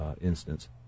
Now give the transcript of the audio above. instance